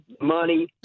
money